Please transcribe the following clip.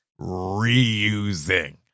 reusing